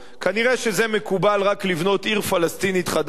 כנראה זה מקובל רק לבנות עיר פלסטינית חדשה,